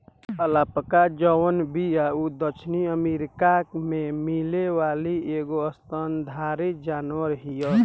alpaca जवन बिया उ दक्षिणी अमेरिका में मिले वाली एगो स्तनधारी जानवर हिय